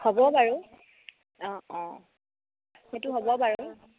হ'ব বাৰু অঁ অঁ সেইটো হ'ব বাৰু